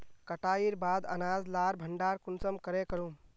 कटाईर बाद अनाज लार भण्डार कुंसम करे करूम?